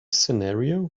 scenario